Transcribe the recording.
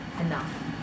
enough